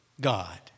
God